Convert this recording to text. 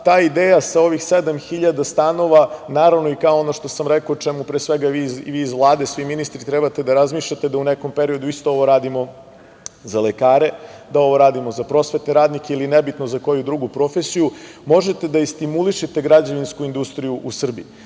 ta ideja sa ovih 7.000 stanova, naravno i kao ono što sam rekao, o čemu, pre svega vi iz Vlade, svi ministri trebate da razmišljate, da u nekom periodu isto ovo radimo za lekare, da ovo radimo za prosvetne radnike ili nebitno za koju drugu profesiju, možete da i stimulišete građevinsku industriju u